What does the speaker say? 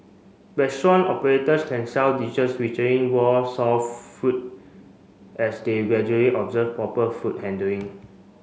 restaurant operators can sell dishes featuring raw salt food as they gradually observe proper food handling